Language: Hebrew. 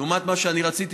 לעומת מה שאני רציתי,